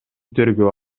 тергөө